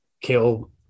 kill